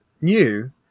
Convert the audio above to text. new